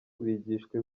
bigishwa